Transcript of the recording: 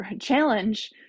Challenge